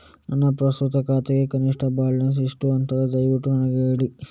ನನ್ನ ಪ್ರಸ್ತುತ ಖಾತೆಗೆ ಕನಿಷ್ಠ ಬ್ಯಾಲೆನ್ಸ್ ಎಷ್ಟು ಅಂತ ದಯವಿಟ್ಟು ನನಗೆ ಹೇಳಿ